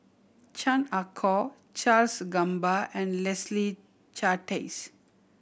Chan Ah Kow Charles Gamba and Leslie Charteris